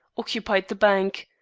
occupied the bank,